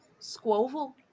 Squoval